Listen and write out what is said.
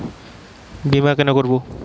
বিমা কেন করব?